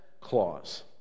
clause